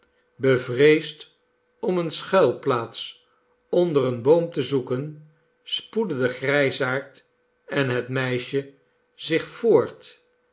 bevreesd om eene schuilplaats onder een boom te zoeken spoedden de grijsaard en het meisje zich voort